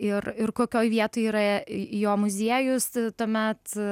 ir ir kokioj vietoj yra jo muziejus tuomet